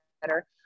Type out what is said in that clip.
better